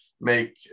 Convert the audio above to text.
make